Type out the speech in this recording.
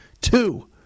Two